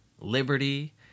Liberty